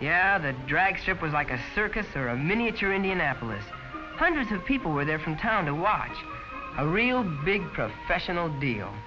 yeah the drag strip was like a circus or a miniature indianapolis hundreds of people were there from town to watch a real big professional deal